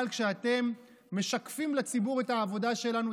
אבל כשאתם משקפים לציבור את העבודה שלנו,